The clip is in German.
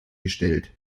gestellt